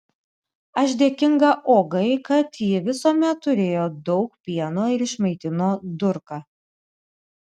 aš dėkinga ogai kad ji visuomet turėjo daug pieno ir išmaitino durką